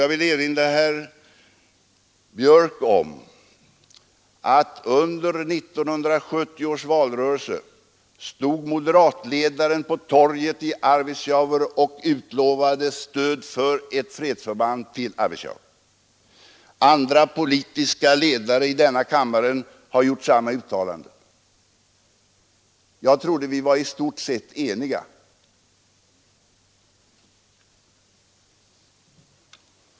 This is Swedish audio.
Jag vill erinra herr Björck om att under 1970 års valrörelse stod moderatledaren på torget i Arvidsjaur och utlovade stöd för att få ett fredsförband förlagt till Arvidsjaur. Andra politiska ledare i denna kammare har gjort samma uttalande. Jag trodde vi var i stort sett eniga om detta.